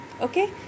okay